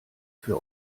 für